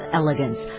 elegance